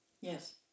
Yes